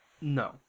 No